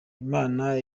imana